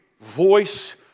voice